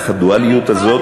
להבדיל אלף הבדלות,